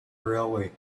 railway